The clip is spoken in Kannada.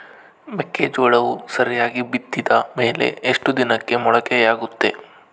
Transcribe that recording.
ಮೆಕ್ಕೆಜೋಳವು ಸರಿಯಾಗಿ ಬಿತ್ತಿದ ಮೇಲೆ ಎಷ್ಟು ದಿನಕ್ಕೆ ಮೊಳಕೆಯಾಗುತ್ತೆ?